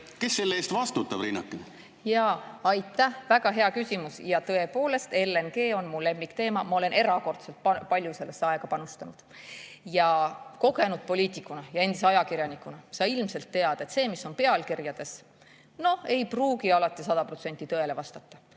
Kes selle eest vastutab, Riinakene? Jaa. Aitäh, väga hea küsimus! Tõepoolest, LNG on mu lemmikteema, ma olen erakordselt palju sellesse aega panustanud. Kogenud poliitikuna ja endise ajakirjanikuna sa ilmselt tead, et see, mis on pealkirjades, ei pruugi alati sada